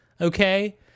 Okay